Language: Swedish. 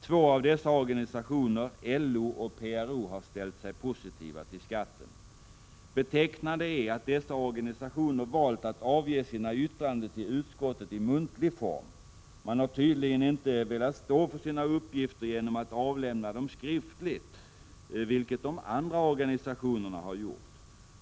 Två av dessa organisationer, LO och PRO, har ställt sig positiva till skatten. Betecknande är att dessa organisationer valt att avge sina yttranden till utskottet i muntlig form. Man har tydligen inte velat stå för sina uppgifter genom att avlämna dem skriftligt, vilket de andra organisationerna gjort.